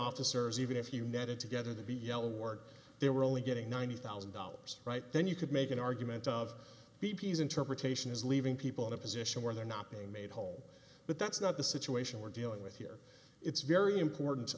officers even if you netted together the b l word they were only getting ninety thousand dollars right then you could make an argument of b p s interpret nation is leaving people in a position where they're not being made whole but that's not the situation we're dealing with here it's very important to